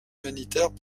humanitaires